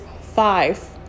five